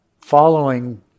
following